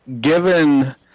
given